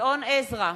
גדעון עזרא,